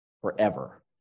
forever